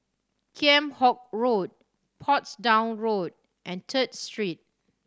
Kheam Hock Road Portsdown Road and Third Street